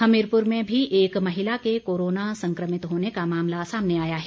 हमीरपुर में भी एक महिला के कोरोना संक्रमित होने का मामला सामने आया है